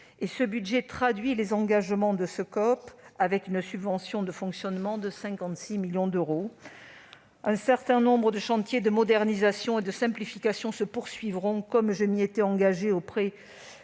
PLF traduit les engagements de ce contrat, avec une subvention de fonctionnement de 56 millions d'euros. Un certain nombre de chantiers de modernisation et de simplification se poursuivront, comme je m'y étais engagée auprès